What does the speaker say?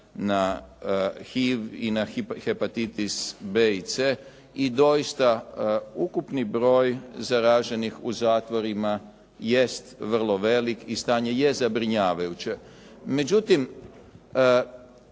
na HIV i na hepatitis B i C. I doista, ukupni broj zaraženih u zatvorima jest vrlo velik i stanje je zabrinjavajuće. Međutim,